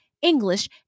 english